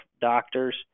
doctors